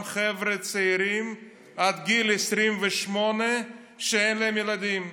חבר'ה צעירים עד גיל 28 שאין להם ילדים.